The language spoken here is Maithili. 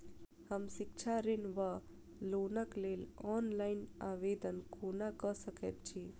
हम शिक्षा ऋण वा लोनक लेल ऑनलाइन आवेदन कोना कऽ सकैत छी?